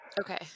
Okay